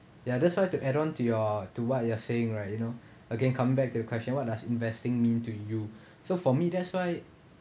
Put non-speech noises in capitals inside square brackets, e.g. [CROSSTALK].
ya that's why to add on to your to what you are saying right you know again come back to the question what does investing mean to you [BREATH] so for me that's why